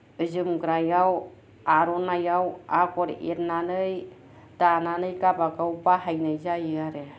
जोमग्रायाव आर'नाइयाव आगर एरनानै दानानै गावबा गाव बाहायनाय जायो आरो